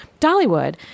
Dollywood